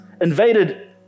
invaded